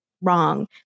wrong